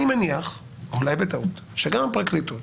אני מניח, אולי בטעות, שגם הפרקליטות